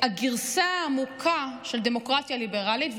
שהגרסה העמוקה של דמוקרטיה ליברלית,